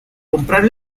comprar